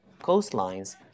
coastlines